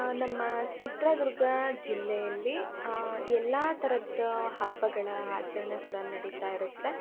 ನಮ್ಮ ಚಿತ್ರದುರ್ಗ ಜಿಲ್ಲೆಯಲ್ಲಿ ಎಲ್ಲ ಥರದ ಹಬ್ಬಗಳ ಆಚರಣೆ ಕೂಡ ನಡೀತಾ ಇರುತ್ತೆ